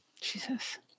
Jesus